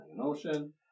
ocean